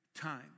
time